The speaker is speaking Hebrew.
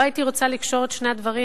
לא הייתי רוצה לקשור את שני הדברים,